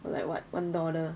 like what one dollar